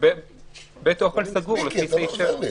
איך אומרים?